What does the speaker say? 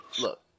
Look